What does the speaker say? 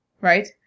right